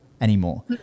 anymore